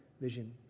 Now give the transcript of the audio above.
vision